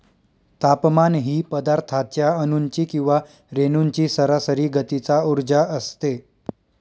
तापमान ही पदार्थाच्या अणूंची किंवा रेणूंची सरासरी गतीचा उर्जा असते